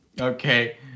Okay